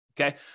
okay